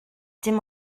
dim